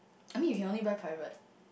I mean you can only buy private